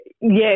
yes